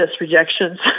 rejections